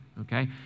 okay